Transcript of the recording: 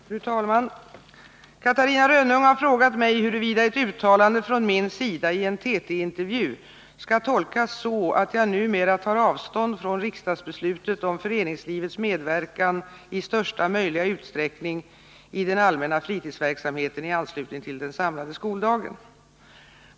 Fru talman! Catarina Rönnung har frågat mig huruvida ett uttalande från min sida i en TT-intervju skall tolkas så att jag numera tar avstånd från riksdagsbeslutet om föreningslivets medverkan i största möjliga utsträckning i den allmänna fritidsverksamheten i anslutning till den samlade skoldagen.